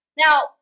Now